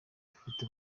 dufite